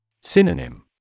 Synonym